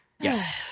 yes